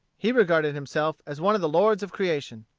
he regarded himself as one of the lords of creation.